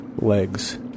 legs